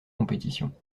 compétitions